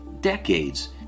Decades